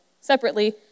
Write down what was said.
separately